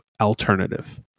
alternative